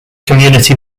community